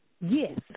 Yes